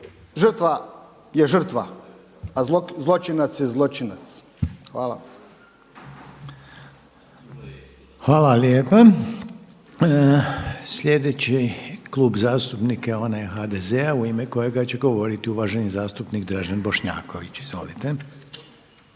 žrtva je žrtva, a zločinac je zločinac. Hvala. **Reiner, Željko (HDZ)** Hvala lijepa. Sljedeći klub zastupnika je onaj HDZ-a u ime kojega će govoriti uvaženi zastupnik Dražen Bošnjaković. Izvolite.